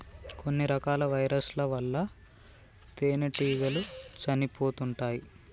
కొన్ని రకాల వైరస్ ల వల్ల తేనెటీగలు చనిపోతుంటాయ్